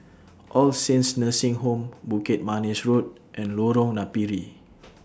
All Saints Nursing Home Bukit Manis Road and Lorong Napiri